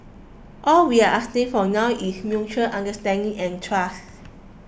all we're asking for now is mutual understanding and trust